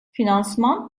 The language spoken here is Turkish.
finansman